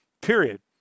period